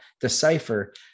decipher